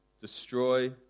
destroy